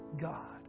God